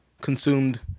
consumed